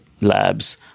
labs